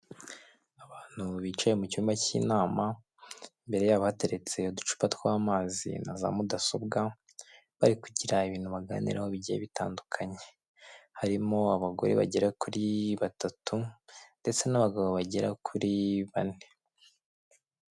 Abantu bicaye mu cyumba cy'inama imbere yabo hateretse uducupa tw'amazi, na za mudasobwa bari kugira ibintu baganiraho bigiye bitandukanye, harimo abagore bagera kuri batatu, ndetse n'abagabo bagera kuri bane.